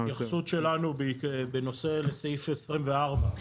ההתייחסות שלנו היא לסעיף 24,